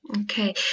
Okay